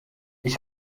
ich